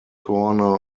corner